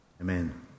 Amen